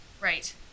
Right